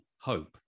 hope